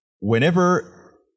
whenever